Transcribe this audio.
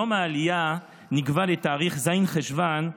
יום העלייה נקבע לתאריך ז' בחשוון,